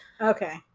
okay